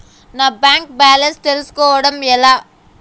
నా bank balance తెలుస్కోవడం ఎలా?